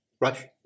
right